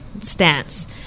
stance